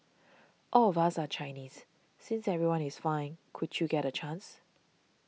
all of us are Chinese since everyone is fine could you get a chance